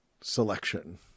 selection